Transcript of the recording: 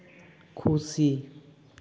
ᱠᱷᱩᱥᱤ